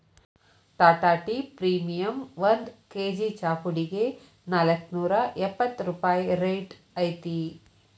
Tata tea premium ಒಂದ್ KG ಚಾಪುಡಿಗೆ ನಾಲ್ಕ್ನೂರಾ ಎಪ್ಪತ್ ರೂಪಾಯಿ ರೈಟ್ ಐತಿ